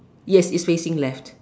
yes if facing left